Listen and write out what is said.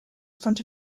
front